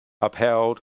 upheld